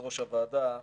יושבת-ראש הוועדה,